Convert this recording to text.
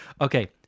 Okay